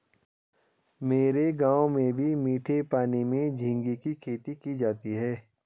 मेरे गांव में भी मीठे पानी में झींगे की खेती की जाती है